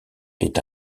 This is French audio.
est